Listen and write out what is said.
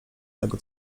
tego